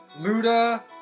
Luda